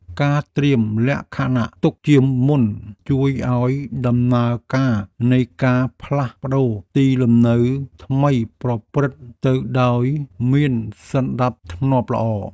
ការត្រៀមលក្ខណៈទុកជាមុនជួយឱ្យដំណើរការនៃការផ្លាស់ប្ដូរទីលំនៅថ្មីប្រព្រឹត្តទៅដោយមានសណ្ដាប់ធ្នាប់ល្អ។